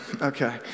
Okay